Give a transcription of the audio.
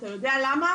אתה יודע למה,